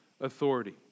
authority